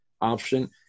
option